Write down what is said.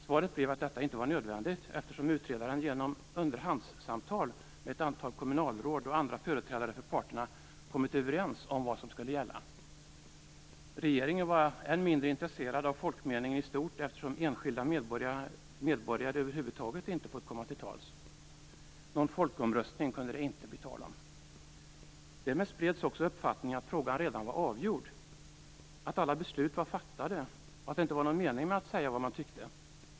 Svaret blev att det inte var nödvändigt, eftersom utredaren genom underhandssamtal med ett antal kommunalråd och andra företrädare för parterna kommit överens om vad som skulle gälla. Regeringen var än mindre intresserad av folkmeningen i stort, eftersom enskilda medborgare över huvud taget inte fått komma till tals. Någon folkomröstning kunde det inte bli tal om. Därmed spreds också uppfattningen att frågan redan var avgjord, att alla beslut var fattade och att det inte var någon mening med att säga vad man tyckte.